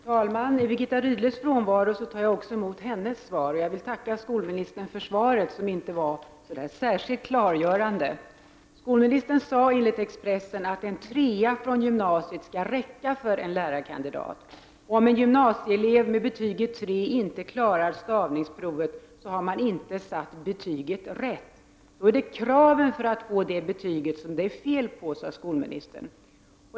Herr talman! I Birgitta Rydles frånvaro tackar jag också å hennes vägnar för svaret, som inte var särskilt klargörande. Skolministern sade enligt Expressen att en trea från gymnasieskolan räcker för en lärarkandidat. Om en gymnasieelev med betyget tre inte klarar stavningsprovet har man inte satt betyget rätt. Då är det kraven för att få det betyget som det är fel på, sade skolministern.